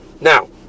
Now